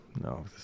No